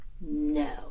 no